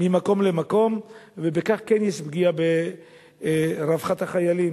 ממקום למקום, ובכך כן יש פגיעה ברווחת החיילים.